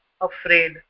afraid